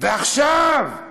עכשיו הוא